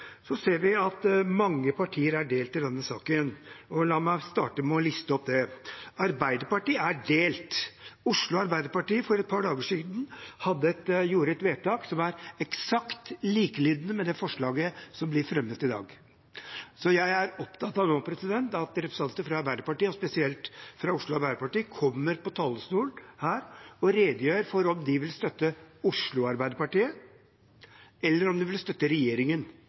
ser at mange partier er delt i saken. La meg starte med å liste opp det: Arbeiderpartiet er delt. Oslo Arbeiderparti gjorde for et par dager siden et vedtak som er eksakt likelydende med forslaget som blir fremmet i dag. Jeg er opptatt av at representanter fra Arbeiderpartiet, spesielt fra Oslo Arbeiderparti, kommer på talerstolen her og redegjør for om de vil støtte Oslo Arbeiderparti, eller om de vil støtte regjeringen